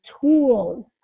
tools